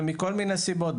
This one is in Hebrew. מכל מיני סיבות,